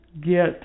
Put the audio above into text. get